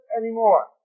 anymore